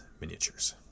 miniatures